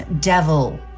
Devil